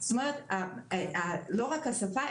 ולא רק השפה,